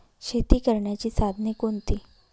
शेती करण्याची साधने कोणती?